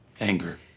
anger